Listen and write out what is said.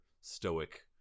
stoic